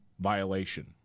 violation